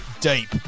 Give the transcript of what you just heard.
deep